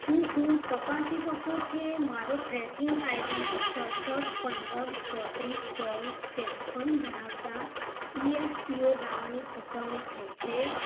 શું હું તપાસી શકું કે મારો ટ્રેકિંગ આઈ ડી સડસઠ પંદર ચોત્રીસ ચોવીસ ત્રેપન ધરાવતા ઈ એફ પી ઓ દાવાની ચુકવણી થઈ છે